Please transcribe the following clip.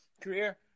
career